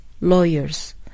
lawyers